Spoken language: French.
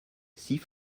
six